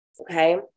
Okay